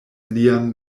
lian